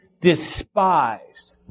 despised